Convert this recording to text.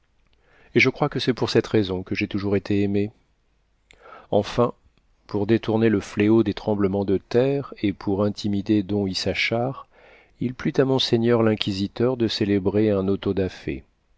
et je crois que c'est pour cette raison que j'ai toujours été aimée enfin pour détourner le fléau des tremblements de terre et pour intimider don issachar il plut à monseigneur l'inquisiteur de célébrer un auto da fé